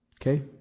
Okay